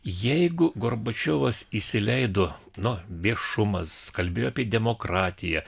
jeigu gorbačiovas įsileido nu viešumas kalbėjo apie demokratiją